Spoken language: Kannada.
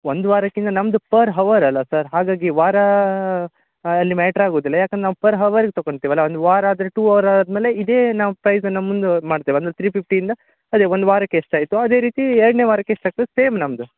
ಒಂದು ವಾರಕ್ಕಿನ ನಮ್ಮದು ಪರ್ ಹವರ್ ಅಲ್ಲ ಸರ್ ಹಾಗಾಗಿ ವಾರ ಅಲ್ಲಿ ಮ್ಯಾಟ್ರಾಗೊದಿಲ್ಲ ಯಾಕಂದರೆ ನಾವು ಪರ್ ಹವರಿಗೆ ತಗೋತಿವಲ್ಲ ಒಂದು ವಾರ ಆದರೆ ಟು ಅವರ್ ಆದಮೇಲೆ ಇದೇ ನಾವು ಪ್ರೈಸನ್ನು ಮುಂದು ಮಾಡ್ತೇವೆ ಅಂದರೆ ತ್ರಿ ಫಿಫ್ಟಿ ಇಂದ ಅದೆ ಒಂದು ವಾರಕ್ಕೆ ಎಷ್ಟು ಆಯಿತು ಅದೇ ರೀತಿ ಎರಡನೇ ವಾರಕ್ಕೆ ಎಷ್ಟು ಆಗ್ತದೆ ಸೇಮ್ ನಮ್ಮದು